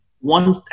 one